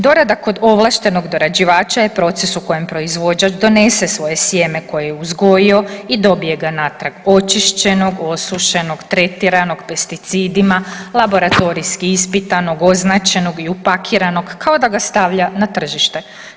Dorada kod ovlaštenog dorađivača je proces u kojem proizvođač donese svoje sjeme koje je uzgojio i dobije ga natrag očišćenog, osušenog, tretiranog pesticidima, laboratorijski ispitanog, označenog i upakiranog kao da ga stavlja na tržište.